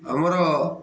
ଆମର